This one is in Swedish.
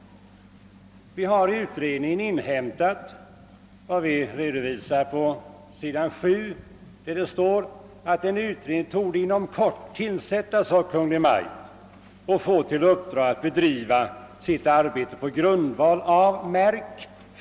Vi har i utredningen inhämtat vad vi redovisar på s. 7. Det står där: »En sådan utredning torde inom kort tillsättas av Kungl. Maj:t och få till uppdrag att bedriva sitt arbete på grundval av» — märk!